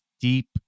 deep